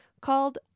called